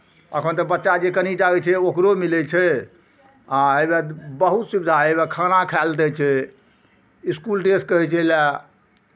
एखन तऽ बच्चा जे कनि टा होइ छै ओकरो मिलै छै आ हउएह बहुत सुविधा हउएह खाना खाय लए दै छै इसकुल ड्रेस कहै छै लए